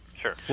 Sure